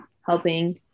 helping